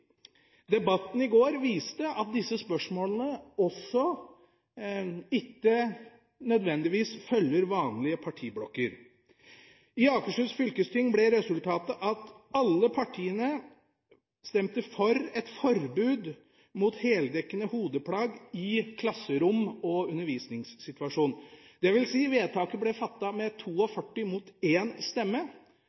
Debatten i går viste også at disse spørsmålene ikke nødvendigvis følger vanlige partiblokker. I Akershus fylkesting ble resultatet at alle partiene stemte for et forbud mot heldekkende hodeplagg i klasserom og i en undervisningssituasjon – dvs. vedtaket ble fattet med 42 stemmer mot 1 stemme,